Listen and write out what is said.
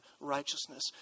righteousness